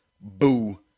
boo